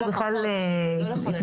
אנחנו בכלל התנגדנו.